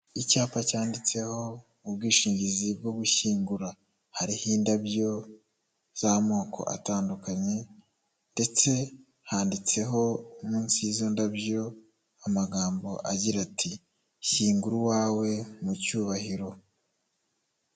Icyapa cyanditseho ubwishingizi bwo gushyingura. Hariho indabyo z'amoko atandukanye ndetse handitseho munsi y'izo ndabyo amagambo agira ati, "Shyingura uwawe mu cyubahiro".